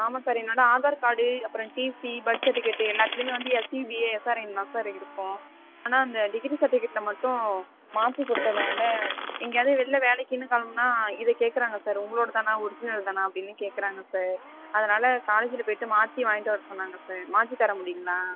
ஆமாம் சார் என்னோடய ஆதார் கார்டு அப்புறம் டிசி பார்த் சர்டிஃபிகேட்டு எல்லாத்துலேயுமே வந்து S U P A S R ஐன்னு தான் சார் இருக்கும் ஆனால் இந்த டிகிரி சர்டிஃபிகேடில் மட்டும் மாற்றி கொடுத்துருந்தேன்னு எங்கேயாவது வெளியில் வேலைக்குன்னு கிளம்புனா இதை கேட்குறாங்க சார் உங்களோடது தானா ஒரிஜினல் தானா அப்படின்னு கேட்குறாங்க சார் அதனால் காலேஜ்ஜுயில் போயிட்டு மாற்றி வாங்கிட்டு வர சொன்னாங்க சார் மாற்றி தர முடியுங்களா